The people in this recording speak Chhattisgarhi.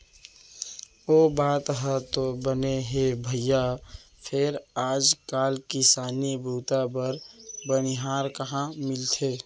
ओ बात ह तो बने हे भइया फेर आज काल किसानी बूता बर बनिहार कहॉं मिलथे?